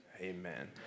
Amen